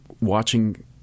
watching